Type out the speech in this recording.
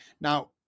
Now